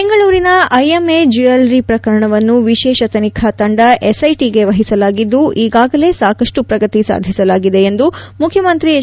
ಬೆಂಗಳೂರಿನ IMA jewellery ಪ್ರಕರಣವನ್ನು ವಿಶೇಷ ತನಿಖಾ ತಂಡ ಎಸ್ಐಟಿಗೆ ವಹಿಸಲಾಗಿದ್ದು ಈಗಾಗಲೇ ಸಾಕಷ್ಟು ಪ್ರಗತಿ ಸಾಧಿಸಲಾಗಿದೆ ಎಂದು ಮುಖ್ಯಮಂತ್ರಿ ಎಚ್